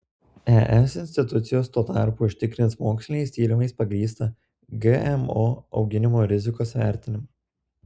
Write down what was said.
es institucijos tuo tarpu užtikrins moksliniais tyrimais pagrįstą gmo auginimo rizikos vertinimą